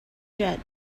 jet